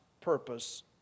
purpose